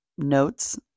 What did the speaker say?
notes